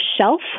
shelf